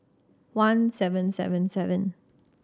one seven seven seven